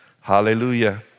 Hallelujah